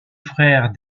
frère